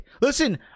Listen